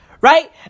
Right